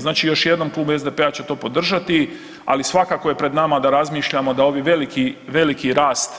Znači još jednom, Klub SDP-a će to podržati, ali svakako je pred nama da razmišljamo da ovi veliki, veliki rast